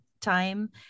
time